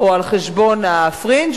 או על חשבון הפרינג',